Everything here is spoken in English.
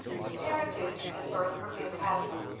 the parentage and birth of cleopatra